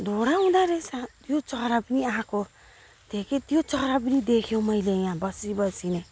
दुइटा हुँदो रहेछ त्यो चरा पनि आएको देखेँ त्यो चरा पनि देख्यो मैले यहाँ बसिबसि नै